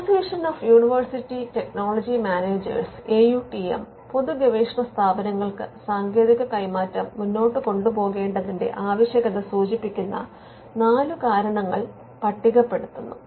association of university technology managers A U T M പൊതു ഗവേഷണ സ്ഥാപനങ്ങൾക്ക് സാങ്കേതിക കൈമാറ്റം മുന്നോട്ട് കൊണ്ടുപോകേണ്ടതിന്റെ ആവശ്യകത സൂചിപ്പിക്കുന്ന നാല് കാരണങ്ങൾ പട്ടികപ്പെടുത്തുന്നു